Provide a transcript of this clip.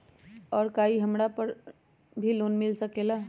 और का इ हमरा लोन पर भी मिल सकेला?